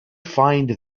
find